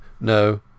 no